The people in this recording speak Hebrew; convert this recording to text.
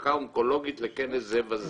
מהמחלקה האונקולוגית לכנס זה וזה.